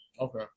Okay